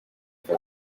for